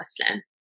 Muslim